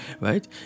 right